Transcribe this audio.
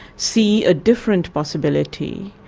see a different possibility.